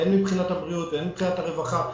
הן מבחינת הבריאות והן מבחינת הרווחה,